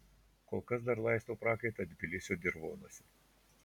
kol kas dar laistau prakaitą tbilisio dirvonuose